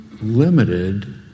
limited